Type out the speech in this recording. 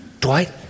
Dwight